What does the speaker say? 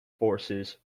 forces